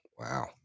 wow